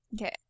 Okay